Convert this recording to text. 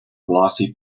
glossy